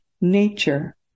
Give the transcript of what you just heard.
nature